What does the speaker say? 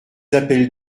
appelle